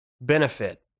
benefit